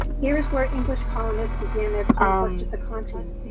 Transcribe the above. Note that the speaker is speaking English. here's where english colonists began their conquest of the continent.